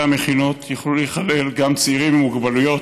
המכינות יוכלו להיכלל גם צעירים עם מוגבלויות,